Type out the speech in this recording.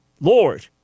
Lord